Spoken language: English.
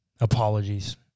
Apologies